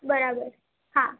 બરાબર હા